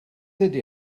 ydy